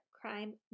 crime